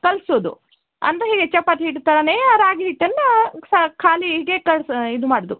ಕಲಿಸುದು ಅಂದರ ಹೀಗೆ ಚಪಾತಿ ಹಿಟ್ಟು ಥರನೇ ರಾಗಿ ಹಿಟ್ಟನ್ನ ಖಾಲಿ ಹೀಗೆ ಕ ಇದು ಮಾಡುದು